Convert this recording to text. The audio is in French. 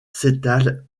s’étale